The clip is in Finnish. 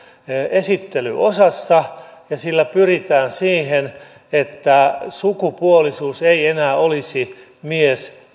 esittelyosassa ja sillä pyritään siihen että sukupuolisuus ei enää olisi mies